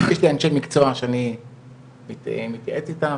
יש לי אנשי מקצוע שאני מתייעץ איתם,